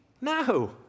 No